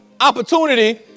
opportunity